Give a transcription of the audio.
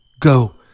Go